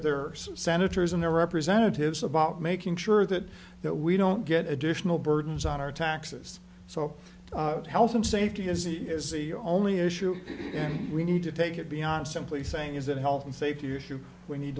senators and their representatives about making sure that that we don't get additional burdens on our taxes so health and safety is the only issue and we need to take it beyond simply saying is that health and safety issue w